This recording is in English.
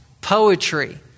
poetry